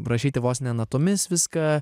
rašyti vos ne natomis viską